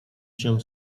się